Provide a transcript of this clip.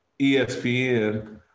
ESPN